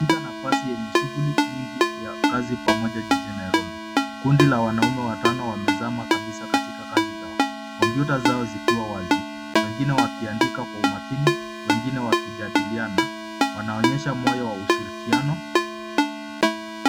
Katika nafasi yenye shughuli nyingi ya kazi pamoja jijini nairobi. Kundi la wanaume watano wamezama kabisa katika kazi zao. Kompyuta zao zikiwa wazi, wengine wakiandika kwa umakini, wengine wakijadiliana. Wanaonyesha moyo wa ushirikiano.